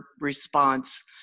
response